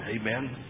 Amen